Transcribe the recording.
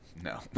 No